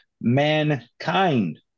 mankind